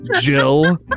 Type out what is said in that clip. Jill